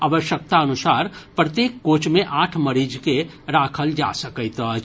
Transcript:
आवश्यकता अनुसार प्रत्येक कोच मे आठ मरीज के राखल जा सकैत अछि